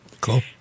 Cool